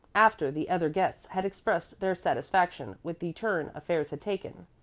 after the other guests had expressed their satisfaction with the turn affairs had taken.